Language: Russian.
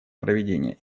проведение